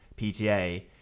PTA